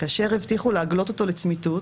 כאשר הבטיחו להגלות אותו לצמיתות,